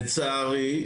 לצערי,